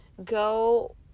Go